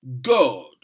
God